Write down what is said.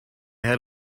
had